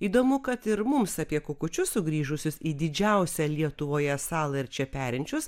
įdomu kad ir mums apie kukučius sugrįžusius į didžiausią lietuvoje salą ir čia perinčius